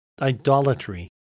idolatry